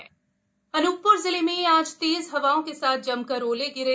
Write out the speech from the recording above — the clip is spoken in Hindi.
अनू र ओले अनू प्र जिले में आज तेज हवाओं के साथ जमकर ओले गिरे